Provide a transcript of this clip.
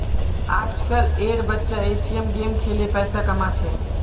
आजकल एर बच्चा ए.टी.एम गेम खेलें पैसा कमा छे